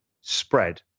spread